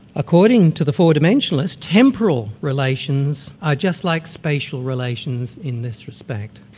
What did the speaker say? according to the four dimensionalists, temporal relations are just like spatial relations in this respect.